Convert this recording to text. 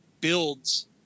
builds